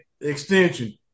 extension